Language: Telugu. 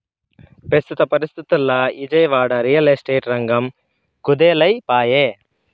పెస్తుత పరిస్తితుల్ల ఇజయవాడ, రియల్ ఎస్టేట్ రంగం కుదేలై పాయె